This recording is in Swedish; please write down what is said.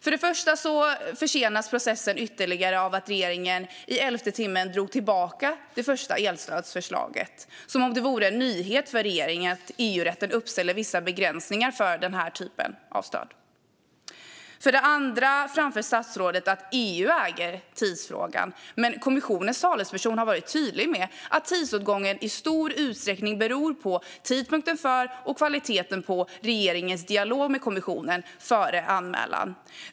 För det första försenas processen ytterligare av att regeringen i elfte timmen drog tillbaka det första elstödsförslaget, som om det vore en nyhet för regeringen att EU-rätten uppställer vissa begränsningar för den här typen av stöd. För det andra framför statsrådet att EU äger tidsfrågan. Men kommissionens talesperson har varit tydlig med att tidsåtgången i stor utsträckning beror på tidpunkten för och kvaliteten på regeringens dialog med kommissionen före anmälan.